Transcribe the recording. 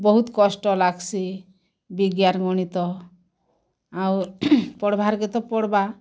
ବହୁତ କଷ୍ଟ ଲାଗ୍ସି ବିଜ୍ଞାନ ଗଣିତ ଆଉ ପଢ଼ବାର୍ କେ ତ ପଢ଼୍ବା